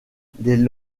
des